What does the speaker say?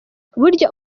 burya